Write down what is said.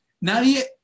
nadie